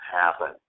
happen